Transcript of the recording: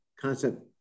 concept